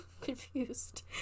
Confused